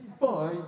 Bye